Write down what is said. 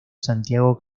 santiago